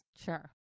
Sure